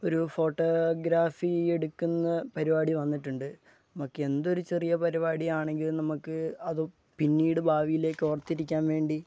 ഒരു ഫോട്ടോഗ്രാഫി എടുക്കുന്ന പരിപാടി വന്നിട്ടുണ്ട് ഓക്കെ എന്തൊരു ചെറിയ പരിപാടിയാണെങ്കിലും നമുക്ക് അത് പിന്നീട് ഭാവിയിലേക്ക് ഓർത്തിരിക്കാൻ വേണ്ടി